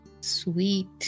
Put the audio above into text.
Sweet